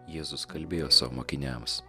jėzus kalbėjo savo mokiniams